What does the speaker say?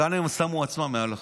כאן הם שמו עצמם מעל החוק.